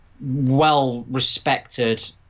well-respected